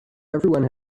everyone